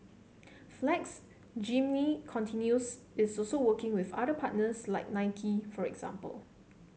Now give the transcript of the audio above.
flex Jeannine continues is also working with other partners like Nike for example